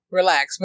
relax